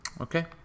Okay